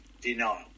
denial